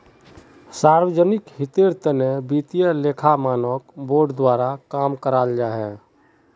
सार्वजनिक हीतेर तने वित्तिय लेखा मानक बोर्ड द्वारा काम कराल जाहा